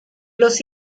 los